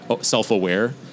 self-aware